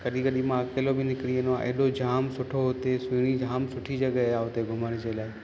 कॾहिं कॾहिं मां अकेलो बि निकिरी वेंदो आहियां एॾो जाम सुठो हुते सुहिणी जाम सुठी जॻहि आहे हुते घुमण जे लाइ